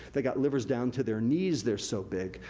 they got livers down to their knees their so big.